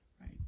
right